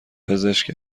پزشک